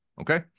Okay